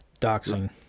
Doxing